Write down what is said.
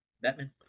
Batman